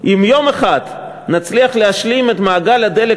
"אם יום אחד נצליח להשלים את מעגל הדלק